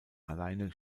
alleine